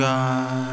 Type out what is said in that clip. God